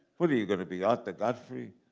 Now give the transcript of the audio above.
what are you going to be? arthur godfrey?